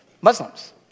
Muslims